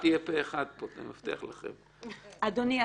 אדוני.